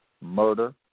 murder